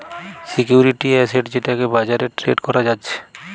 security asset যেটাকে বাজারে trade করা যাচ্ছে